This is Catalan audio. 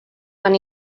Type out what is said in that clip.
van